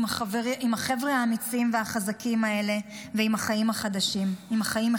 החבר'ה האמיצים והחזקים האלה ועם החיים מחדש.